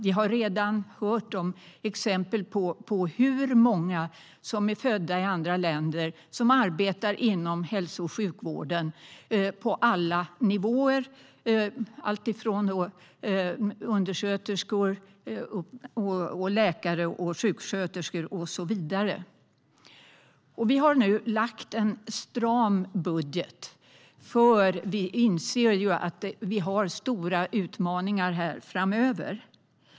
Vi har redan hört hur många födda i andra länder som arbetar på alla nivåer inom hälso och sjukvården, från undersköterskor och sjuksköterskor till läkare. Vi har lagt fram en stram budget, för vi inser att Sverige har stora utmaningar framöver.